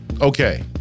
Okay